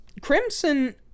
Crimson